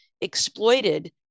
exploited